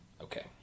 Okay